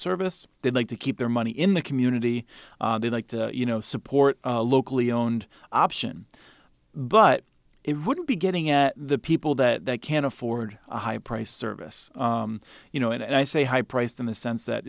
service they'd like to keep their money in the community they like to you know support a locally owned option but it wouldn't be getting at the people that can afford a high priced service you know and i say high priced in the sense that